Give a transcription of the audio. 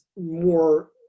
more